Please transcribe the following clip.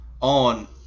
on